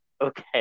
Okay